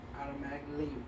automatically